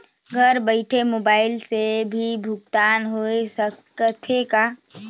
घर बइठे मोबाईल से भी भुगतान होय सकथे का?